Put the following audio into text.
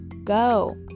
Go